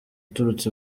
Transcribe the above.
uturutse